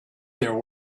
there